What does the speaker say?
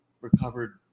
recovered